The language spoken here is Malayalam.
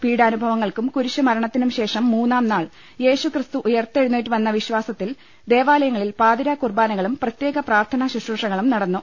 പീഡാനുഭവങ്ങൾക്കും കുരിശുമരണത്തിനും ശേഷം മൂന്നാം നാൾ യേശുക്രിസ്തു ഉയിർത്തെഴുന്നേറ്റുവെന്ന വിശ്വാസ ത്തിൽ ദേവാലയങ്ങളിൽ പാതിരാ കുർബ്ബാനകളും പ്രത്യേക പ്രാർത്ഥനാ ശുശ്രൂഷകളും നടന്നു